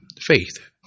faith